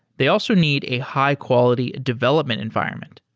they also need a high-quality development environment.